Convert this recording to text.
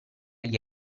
gli